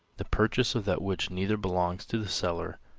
the purchase of that which neither belongs to the seller,